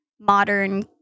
modern